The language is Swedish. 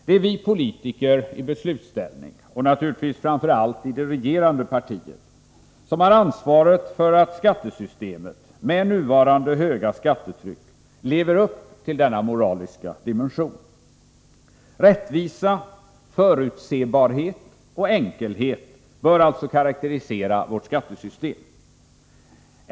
Det är vi politiker i beslutsställning — och naturligtvis framför allt politiker i det regerande partiet — som har ansvaret för att skattesystemet med nuvarande höga skattetryck lever upp till denna moraliska dimension. Rättvisa, förutsebarhet och enkelhet bör alltså karakterisera vårt skattesystem.